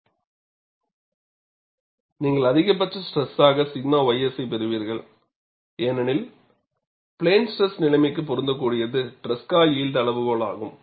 நீங்கள் அதிகபட்ச ஸ்ட்ரெஸாக 𝛔 ys ஐ பெறுவீர்கள் ஏனெனில் பிளேன் ஸ்ட்ரெஸ் நிலைமைக்கு பொருந்தக்கூடியது ட்ரெஸ்கா யில்ட் அளவுகோலாகும்